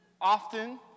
often